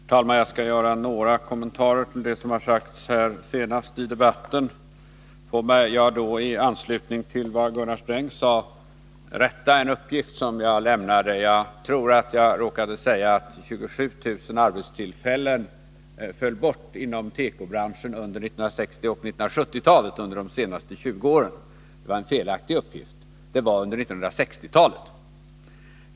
Herr talman! Jag skall göra några kommentarer till det som har sagts senast i debatten. Låt mig först i anslutning till vad Gunnar Sträng sade rätta en uppgift som jag lämnade. Jag råkade säga att 27 000 arbetstillfällen inom tekobranschen föll bort under 1960 och 1970-talen, dvs. de senaste 20 åren. Det var en felaktig uppgift. Det var under 1960-talet.